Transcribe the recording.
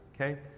Okay